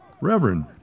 Reverend